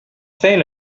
fait